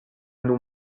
nos